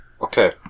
Okay